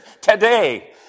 today